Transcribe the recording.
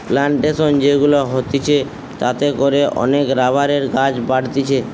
plantation যে গুলা হতিছে তাতে করে অনেক রাবারের গাছ বাড়তিছে